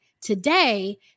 today